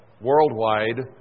worldwide